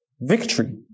victory